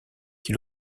qui